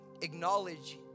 acknowledge